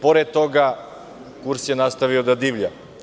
Pored toga, kurs je nastavio da divlja.